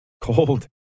Cold